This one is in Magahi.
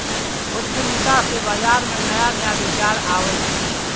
उद्यमिता से बाजार में नया नया विचार आवऽ हइ